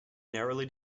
narrowly